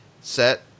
set